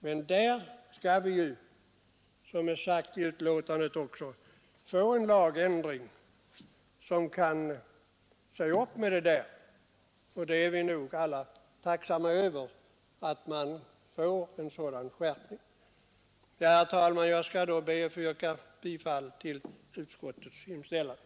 Som det framhålles i betänkandet skall vi ju få en lagändring för att komma till rätta med sådana saker. Vi är nog alla tacksamma för att få en sådan skärpning. Herr talman! Jag ber att få yrka bifall till utskottets hemställan.